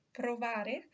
provare